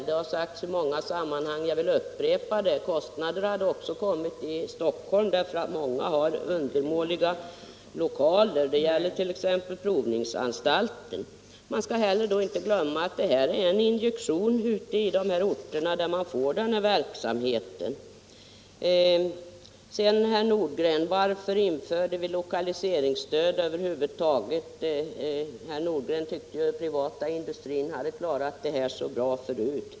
Det har nämnts i många sammanhang men jag vill upprepa att kostnader hade kommit även i Stockholm, därför att många myndigheter har undermåliga lokaler. Det gäller t.ex. provningsanstalten. Man skall heller inte glömma att investeringarna innebär en injektion i de orter dit verksamheten kommer. Varför, herr Nordgren, införde vi lokaliseringsstöd över huvud taget? Herr Nordgren tyckte att den privata industrin hade klarat etableringar så bra förut.